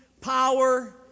power